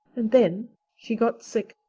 and then she got sick.